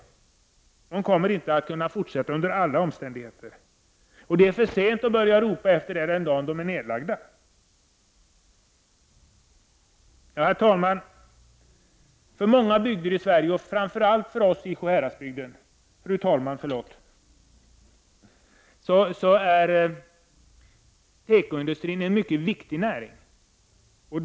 Företagen kommer inte att kunna fortsätta under vilka omständigheter som helst. Det är för sent att ropa efter dem den dag de är nedlagda. Fru talman! För många bygder i Sverige och framför allt för oss i Sjuhäradsbygden är tekoindustrin en mycket viktig näring.